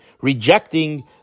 rejecting